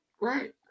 right